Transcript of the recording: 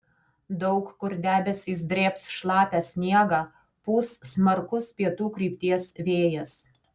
daug kur debesys drėbs šlapią sniegą pūs smarkus pietų krypties vėjas